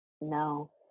No